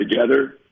together